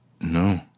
No